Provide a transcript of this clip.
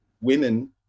women